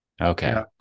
Okay